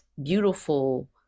beautiful